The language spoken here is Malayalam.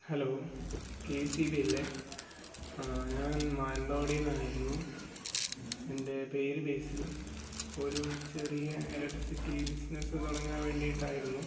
hello K S E B അല്ലേ ഞാൻ മാനന്തവാടീന്നായിരുന്നു എൻ്റെ പേര് ബേസിൽ ഇപ്പോൾ ഒരു ചെറിയ എലക്ട്രിസിറ്റി ബിസിനസ്സ് തുടങ്ങാൻ വേണ്ടീട്ടായിരുന്നു